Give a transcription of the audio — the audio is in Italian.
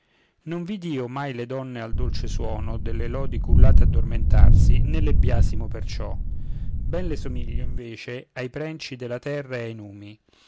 non vidi io mai le donne al dolce suono delle lodi cullate addormentarsi né le biasmo perciò ben le somiglio invece ai prenci della terra e ai numi